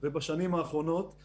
ויש גופים מקבילים